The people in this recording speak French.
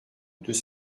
deux